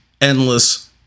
endless